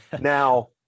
now